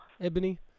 Ebony